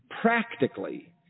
practically